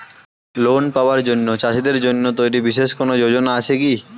Loan পাবার জন্য চাষীদের জন্য তৈরি বিশেষ কোনো যোজনা আছে কি?